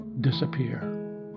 disappear